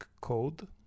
code